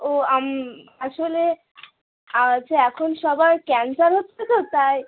ও আম আসলে হচ্ছে এখন সবার ক্যানসার হচ্ছে তো তাই